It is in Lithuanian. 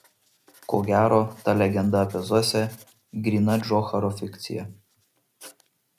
ko gero ta legenda apie zosę gryna džocharo fikcija